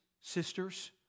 sisters